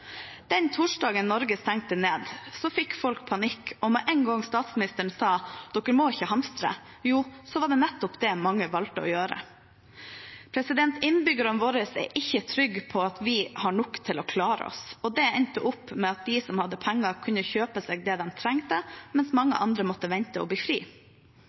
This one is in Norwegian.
Den torsdagen Norge stengte ned, fikk folk panikk, og med en gang statsministeren sa at man ikke måtte hamstre, var det nettopp det mange valgte å gjøre. Innbyggerne våre er ikke trygge på at vi har nok til å klare oss, og det endte opp med at de som hadde penger, kunne kjøpe seg det de trengte, mens mange andre måtte vente og ble fri.